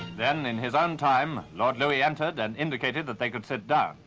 then in his own time, lord louis entered and indicated that they could sit down.